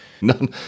None